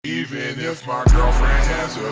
even if my girlfriend has